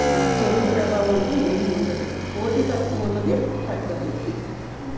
చెడు ప్రభావం అంటూ ఏమి ఉండదు పోటీతత్వం అన్నది తగ్గాలి